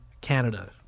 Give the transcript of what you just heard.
Canada